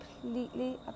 completely